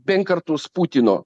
benkartus putino